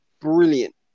brilliant